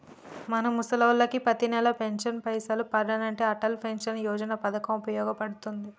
మన ముసలోళ్ళకి పతినెల పెన్షన్ పైసలు పదనంటే అటల్ పెన్షన్ యోజన పథకం ఉపయోగ పడుతుంది